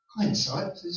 Hindsight